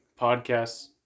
podcasts